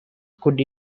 could